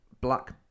black